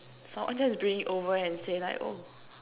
someone just bring it over and say like oh